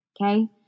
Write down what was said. Okay